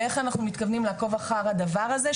ואיך אנחנו מתכוונים לעקוב אחר הדבר הזה,